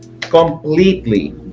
completely